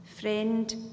Friend